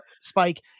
spike